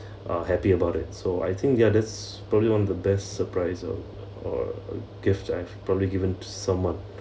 uh happy about it so I think yeah that's probably one of the best surprise or a gift I've probably given to someone